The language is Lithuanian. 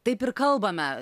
taip ir kalbame